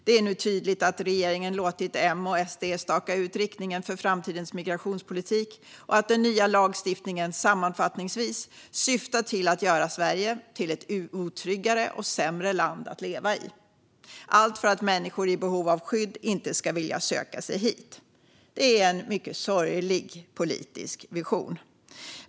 Det är nu tydligt att regeringen har låtit M och SD staka ut riktningen för framtidens migrationspolitik och att den nya lagstiftningen sammanfattningsvis syftar till att göra Sverige till ett otryggare och sämre land att leva i - allt för att människor i behov av skydd inte ska vilja söka sig hit. Det är en mycket sorglig politisk vision.